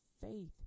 faith